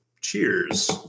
Cheers